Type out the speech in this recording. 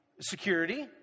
security